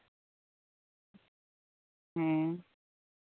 ᱦᱮᱸ